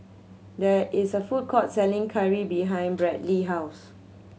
there is a food court selling curry behind Bradley house